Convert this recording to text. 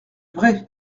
vrai